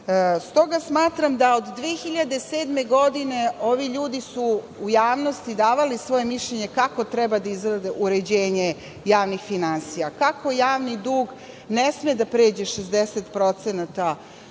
smatram da od 2007. godine su ovi ljudi u javnosti davali svoje mišljenje kako treba da izgleda uređenje javnih finansija, kako javni dug ne sme da pređe 60% BDP,